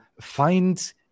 find